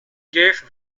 gave